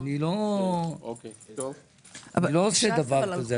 אני לא עושה דבר כזה.